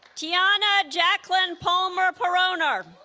tiana jacquelyn palmer-poroner